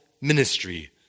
ministry